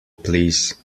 please